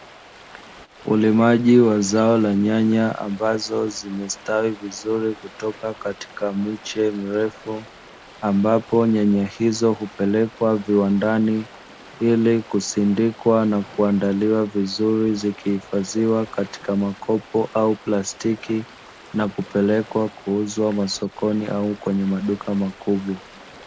Ulimaji wa zao la nyanya ambazo zimestawi vizuri kutoka katika miche mrefu, ambapo nyanya hizo hupelekwa viwandani ili kusindikwa na kuandaliwa vizuri zikihifadhiwa katika makopo au plastiki na kupelekwa kuuzwa masokoni au kwenye maduka makubwa.